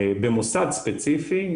במוסד ספציפי,